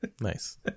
nice